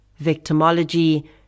victimology –